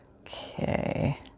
Okay